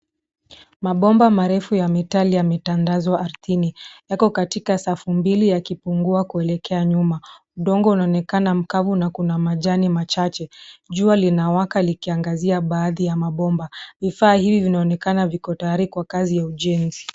Mabomba marefu ya metali yametandazwa ardhini. Yako katika safu mbili yakipungua kuelekea nyuma. Udongo unaonekana mkavu na kuna majani machache. Jua linawaka likiaangazia baadhi ya mabomba. Vifaa hivi vinaonekana viko tayari kwa kazi ya ujenzi.